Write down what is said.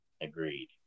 Agreed